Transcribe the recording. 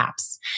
apps